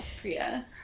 Priya